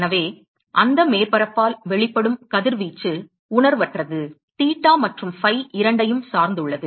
எனவே அந்த மேற்பரப்பால் வெளிப்படும் கதிர்வீச்சு உணர்வற்றது தீட்டா மற்றும் ஃபை இரண்டையும் சார்ந்துள்ளது